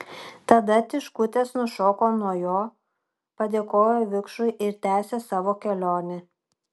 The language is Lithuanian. tada tiškutės nušoko nuo jo padėkojo vikšrui ir tęsė savo kelionę